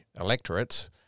electorates